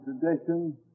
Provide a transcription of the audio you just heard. tradition